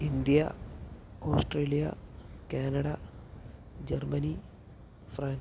India Australia Canada Germany France